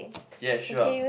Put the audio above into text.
yes sure